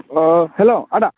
अ hello आदा